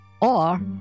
Or